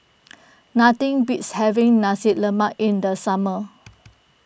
nothing beats having Nasi Lemak in the summer